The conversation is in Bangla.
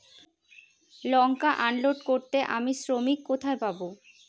লঙ্কা আনলোড করতে আমি শ্রমিক কোথায় পাবো?